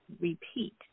repeat